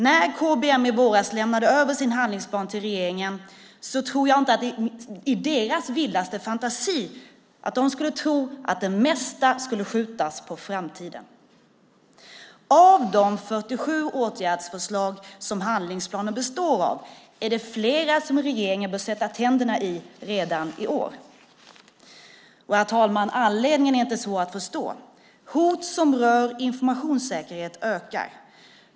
När KBM i våras lämnade över sin handlingsplan till regeringen tror jag inte de i sin vildaste fantasi kunde tro att det mesta skulle skjutas på framtiden. Av de 47 åtgärdsförslag som handlingsplanen består av är det flera som regeringen bör sätta tänderna i redan i år. Herr talman! Anledningen är inte svår att förstå. Hot som rör informationssäkerhet ökar.